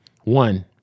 one